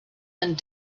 and